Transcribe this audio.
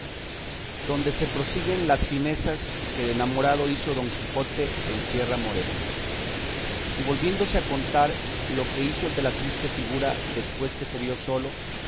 donde se prosiguen las finezas que de enamorado hizo don quijote en sierra morena y volviendo a contar lo que hizo el de la triste figura después que se vio solo